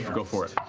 go for it.